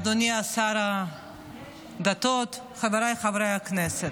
אדוני שר הדתות, חבריי חברי הכנסת,